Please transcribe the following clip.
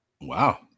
Wow